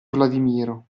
vladimiro